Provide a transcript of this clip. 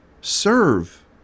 serve